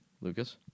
Lucas